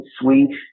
sweet